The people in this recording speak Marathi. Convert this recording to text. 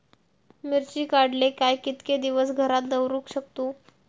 मिर्ची काडले काय कीतके दिवस घरात दवरुक शकतू?